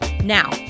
Now